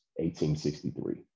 1863